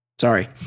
sorry